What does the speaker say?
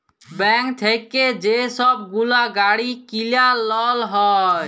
bank থ্যাইকে যে ছব গুলা গাড়ি কিলার লল হ্যয়